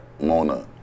Mona